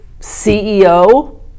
CEO